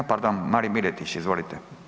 A pardon, Marin Miletić, izvolite.